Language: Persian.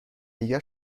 دیگر